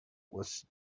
was